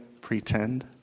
pretend